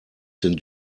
sind